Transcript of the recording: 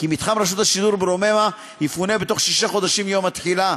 כי מתחם רשות השידור ברוממה יפונה בתוך שישה חודשים מיום התחילה.